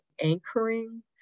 anchoring